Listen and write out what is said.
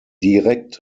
direkt